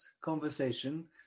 conversation